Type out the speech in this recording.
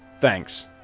Thanks